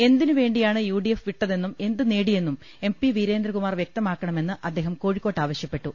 എന്തിനു വേണ്ടിയാണ് U D F വിട്ടതെന്നും എന്ത് നേടിയെന്നും എം പി വീരേന്ദ്രകുമാർ വ്യക്തമാക്കണമെന്ന് അദ്ദേഹം കോഴിക്കോട്ട് ആവശ്യപ്പെട്ടു